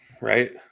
right